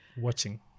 watching